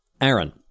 Aaron